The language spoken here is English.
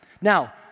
Now